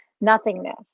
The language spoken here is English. nothingness